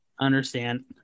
understand –